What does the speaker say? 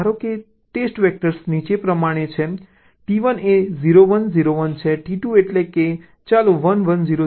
ધારો કે test vector નીચે પ્રમાણે છે T1 એ 0 1 0 1 છે T2 એટલે ચાલો 1 1 0 0 1 0 0 1 0 0 1 1 કહીએ